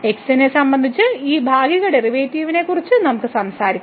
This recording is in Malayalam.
x നെ സംബന്ധിച്ച് ഈ ഭാഗിക ഡെറിവേറ്റീവിനെക്കുറിച്ച് നമുക്ക് സംസാരിക്കാം